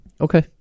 Okay